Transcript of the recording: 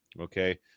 Okay